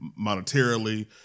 monetarily